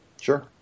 Sure